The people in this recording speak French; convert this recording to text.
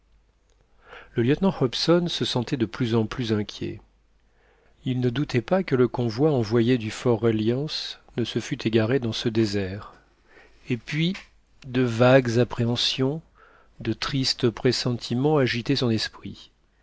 le lieutenant hobson se sentait de plus en plus inquiet il ne doutait pas que le convoi envoyé du fort reliance ne se fût égaré dans ce désert et puis de vagues appréhensions de tristes pressentiments agitaient son esprit